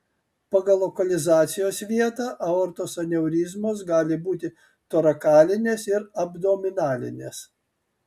pagal lokalizacijos vietą aortos aneurizmos gali būti torakalinės ir abdominalinės